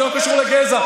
זה לא קשור לגזע.